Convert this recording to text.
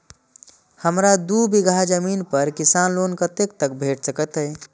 हमरा दूय बीगहा जमीन पर किसान लोन कतेक तक भेट सकतै?